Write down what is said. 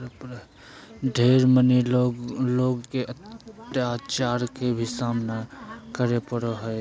ढेर मनी लोग के अत्याचार के भी सामना करे पड़ो हय